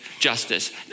justice